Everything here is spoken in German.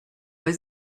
weil